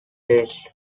base